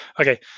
okay